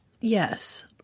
Yes